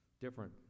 different